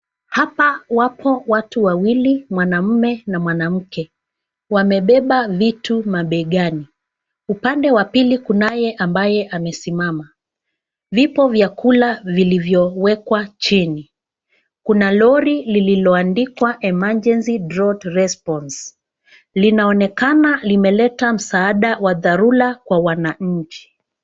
Hapa wapo watu wawili, mwanamume na mwanamke. Wamebeba vitu mabegani. Upande wa pili kunaye ambaye amesimama. Vipo vyakula vilivyowekwa chini. Kuna lori lililoandikwa Emergency Drought Response . Linaonekana limeleta msaada wa dharura kwa wananchi.